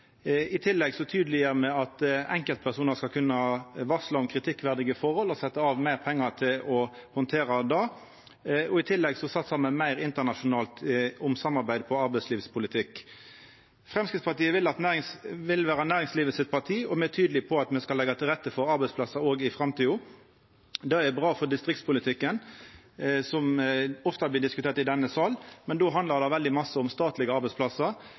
I tillegg gjer me det tydeleg at enkeltpersonar skal kunna varsla om kritikkverdige forhold og set av meir pengar til å handtera det. Me satsar òg meir på internasjonalt samarbeid om arbeidslivspolitikk. Framstegspartiet vil vera næringslivet sitt parti, og me er tydelege på at me skal leggja til rette for arbeidsplassar òg i framtida. Det er bra for distriktspolitikken, som ofte blir diskutert i denne salen. Då handlar det veldig mykje om statlege arbeidsplassar,